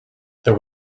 there